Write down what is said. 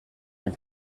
and